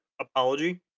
apology